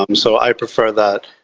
um so i prefer that.